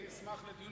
אני אשמח לדיון